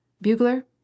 Bugler